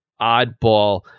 oddball